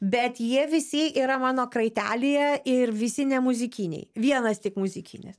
bet jie visi yra mano kraitelyje ir visi ne muzikiniai vienas tik muzikinis